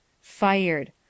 Fired